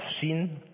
seen